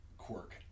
Quirk